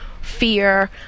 fear